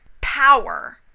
power